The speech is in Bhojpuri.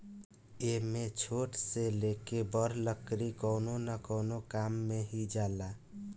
एमे छोट से लेके बड़ लकड़ी कवनो न कवनो काम मे ही जाला